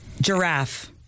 Giraffe